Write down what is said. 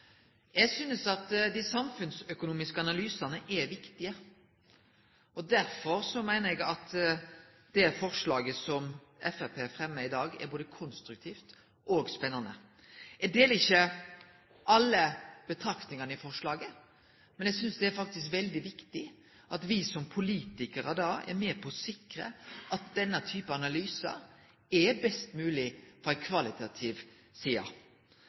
viktige. Derfor meiner eg at det forslaget som Kristeleg Folkeparti er med på i dag, både er konstruktivt og spennande. Eg deler ikkje alle betraktningane i forslaget, men eg synest det faktisk er veldig viktig at me som politikarar er med på å sikre at denne typen analysar er best mogleg ut frå ei kvalitativ side.